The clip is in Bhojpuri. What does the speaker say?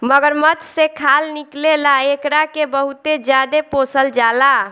मगरमच्छ से खाल निकले ला एकरा के बहुते ज्यादे पोसल जाला